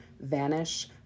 vanish